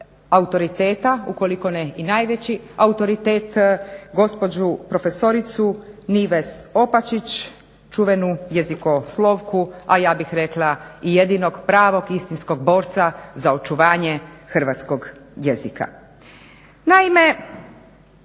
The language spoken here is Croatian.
autoriteta ukoliko ne i najveći autoritet gospođu profesoricu Nives Opačić čuvenu jezikoslovku, a ja bih rekla i jedinog pravog istinskog borca za očuvanje hrvatskog jezika. Naime,